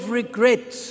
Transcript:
regret